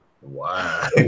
Wow